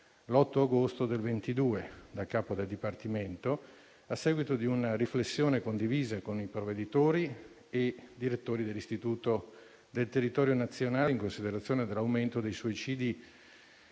l'8 agosto del 2022 dal capo del dipartimento, a seguito di una riflessione condivisa con i provveditori e i direttori di istituto del territorio nazionale, in considerazione dell'aumento dei suicidi